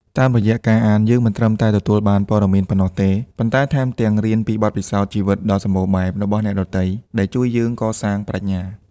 តាមរយៈការអាន យើងមិនត្រឹមតែទទួលបានព័ត៌មានប៉ុណ្ណោះទេ ប៉ុន្តែថែមទាំងរៀនពីបទពិសោធន៍ជីវិតដ៏សម្បូរបែបរបស់អ្នកដទៃ ដែលជួយយើងកសាងប្រាជ្ញា។